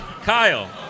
Kyle